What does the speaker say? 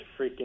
freaking